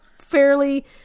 fairly